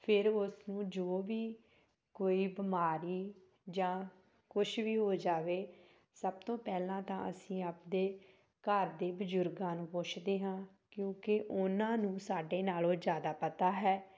ਫਿਰ ਉਸ ਨੂੰ ਜੋ ਵੀ ਕੋਈ ਬਿਮਾਰੀ ਜਾਂ ਕੁਛ ਵੀ ਹੋ ਜਾਵੇ ਸਭ ਤੋਂ ਪਹਿਲਾਂ ਤਾਂ ਅਸੀਂ ਆਪਣੇ ਘਰ ਦੇ ਬਜ਼ੁਰਗਾਂ ਨੂੰ ਪੁੱਛਦੇ ਹਾਂ ਕਿਉਂਕਿ ਉਹਨਾਂ ਨੂੰ ਸਾਡੇ ਨਾਲੋਂ ਜ਼ਿਆਦਾ ਪਤਾ ਹੈ